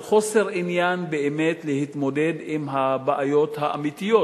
על חוסר עניין להתמודד עם הבעיות האמיתיות,